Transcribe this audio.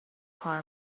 کار